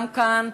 גם כאן,